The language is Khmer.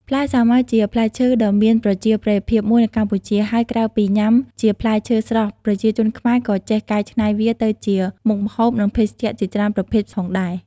ផ្លែសាវម៉ាវ ជាផ្លែឈើដ៏មានប្រជាប្រិយភាពមួយនៅកម្ពុជា ហើយក្រៅពីញ៉ាំជាផ្លែឈើស្រស់ ប្រជាជនខ្មែរក៏ចេះកែច្នៃវាទៅជាមុខម្ហូប និងភេសជ្ជៈជាច្រើនប្រភេទផងដែរ។